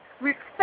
Respect